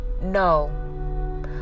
no